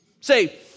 Say